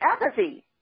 apathy